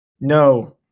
No